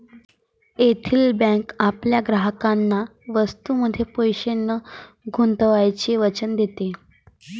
ethical bank आपल्या ग्राहकांना वस्तूंमध्ये पैसे न गुंतवण्याचे वचन देते